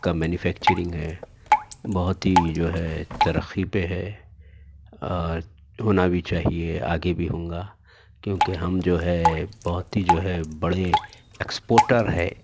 کا مینوفیکچرنگ ہے بہت ہی جو ہے ترقی پہ ہے اور ہونا بھی چاہیے آگے بھی ہوگا کیونکہ ہم جو ہے بہت ہی جو ہے بڑے ایکسپوٹر ہے